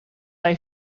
hij